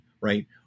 right